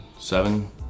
Seven